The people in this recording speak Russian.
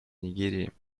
нигерии